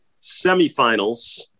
semifinals